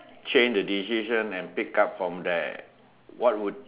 change a decision and pick up from there